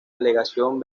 delegación